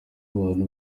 abantu